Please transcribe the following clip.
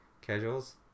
Casuals